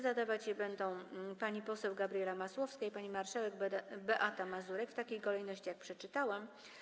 Zadawać je będą pani poseł Gabriela Masłowska i pani marszałek Beata Mazurek w takiej kolejności, jak przeczytałam.